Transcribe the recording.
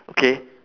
okay